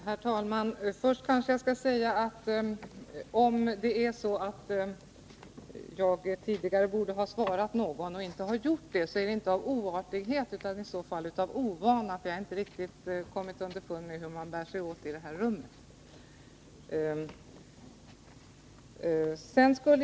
Herr talman! Först kanske jag skall säga att om jag tidigare borde ha svarat någon och inte har gjort det, så är det inte av oartighet utan av ovana, för jag har inte riktigt kommit underfund med hur man bär sig åt i det här rummet.